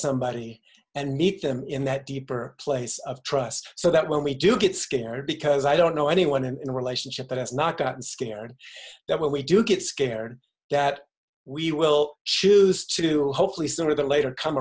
somebody and meet them in that deeper place of trust so that when we do get scared because i don't know anyone in a relationship that has not gotten scared that when we do get scared that we will choose to hopefully sooner or later come